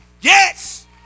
Yes